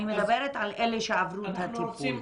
אני מדברת על אלה שעברו את הטיפול.